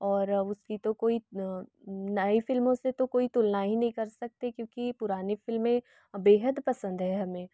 और उसकी तो कोई नई फ़िल्मों से तो कोई तुलना ही नहीं कर सकते क्योंकि पुरानी फ़िल्में बेहद पसंद है हमें